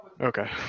Okay